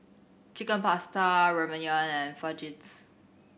Chicken Pasta Ramyeon and Fajitas